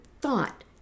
thought